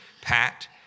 Pat